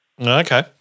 Okay